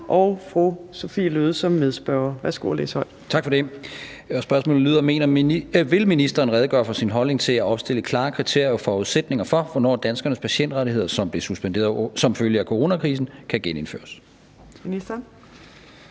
Værsgo at læse højt. Kl. 15:43 Martin Geertsen (V): Tak for det. Spørgsmålet lyder: Vil ministeren redegøre for sin holdning til at opstille klare kriterier og forudsætninger for, hvornår danskernes patientrettigheder, som blev suspenderet som følge af coronakrisen, kan genindføres? Kl.